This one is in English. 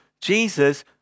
Jesus